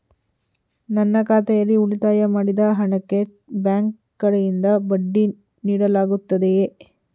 ನನ್ನ ಖಾತೆಯಲ್ಲಿ ಉಳಿತಾಯ ಮಾಡಿದ ಹಣಕ್ಕೆ ಬ್ಯಾಂಕ್ ಕಡೆಯಿಂದ ಬಡ್ಡಿ ನೀಡಲಾಗುತ್ತದೆಯೇ?